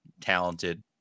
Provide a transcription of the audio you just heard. talented